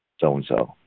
so-and-so